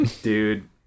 dude